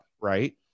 right